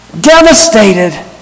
devastated